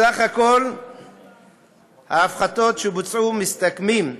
סך כל ההפחתות שבוצעו מסתכמות,